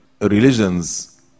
religions